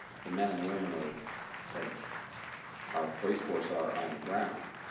the men and women of of our police force are on the ground.